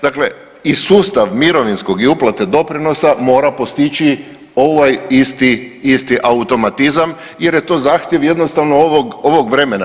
Dakle, i sustav mirovinskog i uplate doprinosa mora postići ovaj isti, isti automatizam jer je to zahtjev jednostavno ovog vremena.